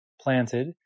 planted